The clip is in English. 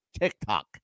TikTok